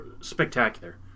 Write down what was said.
spectacular